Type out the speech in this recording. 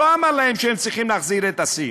הוא לא אמר להם שהם צריכים להחזיר את ה-SIM,